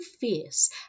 fierce